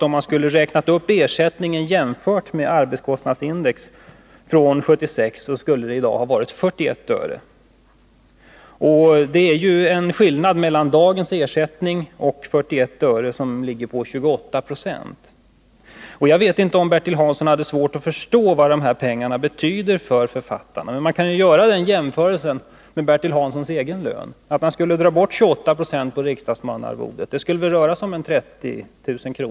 Om man skulle ha räknat upp ersättningen i takt med arbetskostnadsindex från 1976 skulle ersättningen Nr 138 nämligen i dag ha varit 41 öre, och det är en skillnad mellan dagens ersättning Onsdagen den och 41 öre som ligger på 28 90. Jag vet inte om Bertil Hansson har svårt att 13 maj 1981 förstå vad de här pengarna betyder för författarna. Man kan ju göra en jämförelse med Bertil Hanssons egen lön. Om man skulle ta bort 28 96 på riksdagsmannaarvodet-— vilket väl skulle röra sig om 30 000 kr.